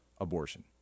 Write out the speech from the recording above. Abortion